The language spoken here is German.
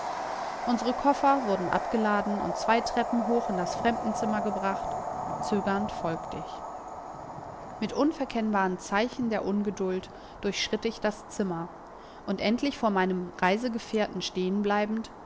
unsre koffer wurden abgeladen und zwei treppen hoch in das fremdenzimmer gebracht zögernd folgt ich mit unverkennbaren zeichen der ungeduld durchschritt ich das zimmer und endlich vor meinem reisegefährten stehen bleibend